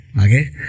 Okay